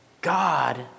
God